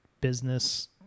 business